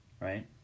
Right